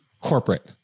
corporate